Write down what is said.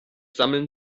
sammeln